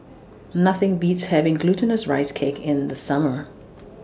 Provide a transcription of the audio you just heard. Nothing Beats having Glutinous Rice Cake in The Summer